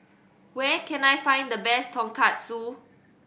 where can I find the best Tonkatsu